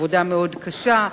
עבודה מאוד קשה,